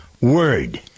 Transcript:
word